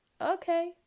Okay